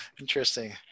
interesting